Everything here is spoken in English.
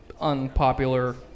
unpopular